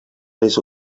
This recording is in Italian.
reso